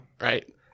Right